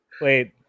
wait